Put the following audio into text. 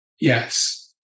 Yes